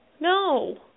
No